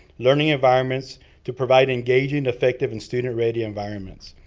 learning environments to provide engaging, effective and student-ready environments.